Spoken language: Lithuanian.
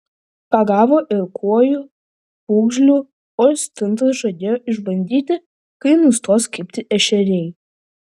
pagavo ir kuojų pūgžlių o stintas žadėjo išbandyti kai nustos kibti ešeriai